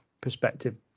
perspective